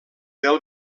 del